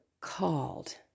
called